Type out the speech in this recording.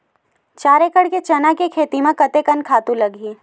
चार एकड़ चना के खेती कतेकन खातु लगही?